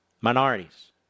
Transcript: minorities